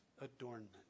adornment